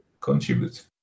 contribute